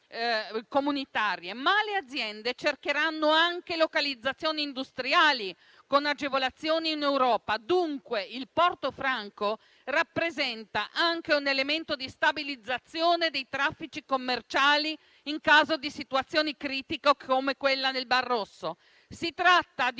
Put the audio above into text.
comunitarie, ma le aziende cercheranno anche localizzazioni industriali con agevolazioni in Europa. Dunque, il porto franco rappresenta anche un elemento di stabilizzazione dei traffici commerciali in caso di situazioni critiche come quella nel mar Rosso. Si tratta di